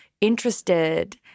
interested